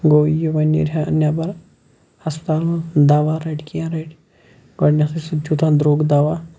گوو یہِ وۄنۍ نیرہا نیٚبَر ہَسپَتال مَنٛز دَوا رَٹہِ کینٛہہ رَٹہِ گۄڈنیٚتھے چھُ سُہ تیوٗتاہ درۄگ دَوا